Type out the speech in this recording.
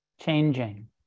changing